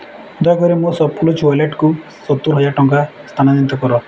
ଦୟାକରି ମୋ ସପ୍ କ୍ଲୁଜ୍ ୱାଲେଟ୍କୁ ସତୁରି ହଜାର ଟଙ୍କା ସ୍ଥାନାନିତ କର